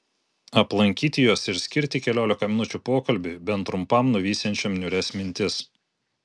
aplankyti juos ir skirti keliolika minučių pokalbiui bent trumpam nuvysiančiam niūrias mintis